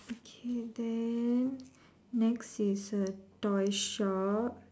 okay then next is a toy shop